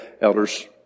elders